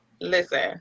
Listen